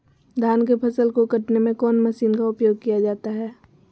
धान के फसल को कटने में कौन माशिन का उपयोग किया जाता है?